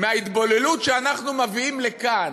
מההתבוללות שאנחנו מביאים לכאן,